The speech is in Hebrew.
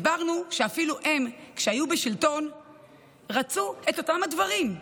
הסברנו שאפילו הם כשהיו בשלטון רצו את אותם הדברים,